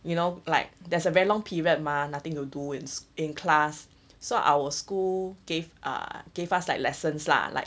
you know like there's a very long period mah nothing you will do is in class so our school gave uh gave us like lessons lah like